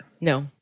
No